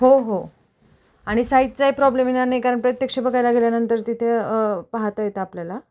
हो हो आणि साईजचाही प्रॉब्लेम येणार नाही कारण प्रत्यक्ष बघायला गेल्यानंतर तिथे पाहता येतं आपल्याला